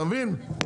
אתה מבין?